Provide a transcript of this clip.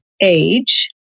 age